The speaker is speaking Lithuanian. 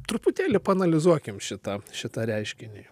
truputėlį paanalizuokim šitą šitą reiškinį